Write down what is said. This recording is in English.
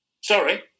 Sorry